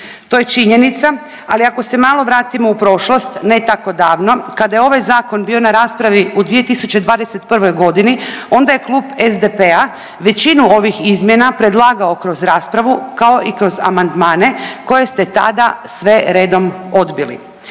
To je činjenica, ali ako se malo vratimo u prošlost ne tako davno kada je ovaj zakon bio na raspravi u 2021.g. onda je klub SDP-a većinu ovih izmjena predlagao kroz raspravu kao i kroz amandmane koje ste tada sve redom odbili.